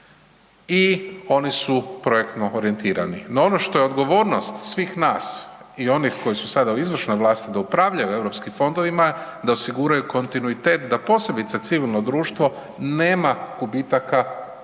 i oni su projektno orijentirani. No, ono što je odgovornost svih nas i oni koji su sada u izvršnoj vlasti da upravljaju europskim fondovima da osiguraju kontinuitet da posebice civilno društvo nema gubitaka u